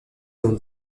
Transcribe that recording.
dans